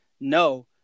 no